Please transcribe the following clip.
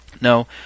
No